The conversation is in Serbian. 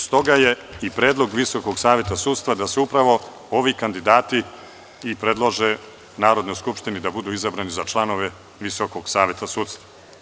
Stoga je i predlog Visokog saveta sudstva da se upravo ovi kandidati i predlože Narodnoj skupštini da budu izabrani za članove Visokog saveta sudstva.